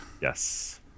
Yes